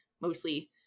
mostly